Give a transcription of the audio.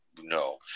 no